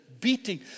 beating